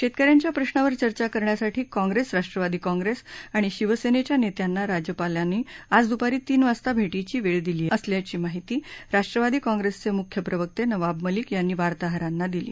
शेतकऱ्यांच्या प्रश्नांवर चर्चा करण्यासाठी कॉंप्रेस राष्ट्रवादी कॉंप्रेस आणि शिवसेनेच्या नेत्यांना राज्यपालांनी आज दुपारी तीन वाजता भे धींची वेळ दिली असल्याची माहिती राष्ट्रवादी काँग्रेसचे मुख्य प्रवक्ते नवाब मलिक यांनी वार्ताहरांना दिली